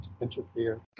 interfere